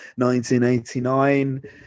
1989